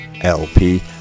LP